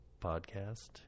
podcast